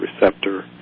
receptor